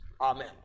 Amen